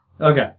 Okay